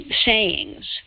sayings